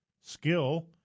skill